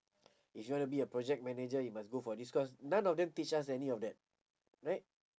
if you wanna be a project manager you must go for this course none of them teach us any of that right